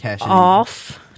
off